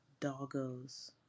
doggos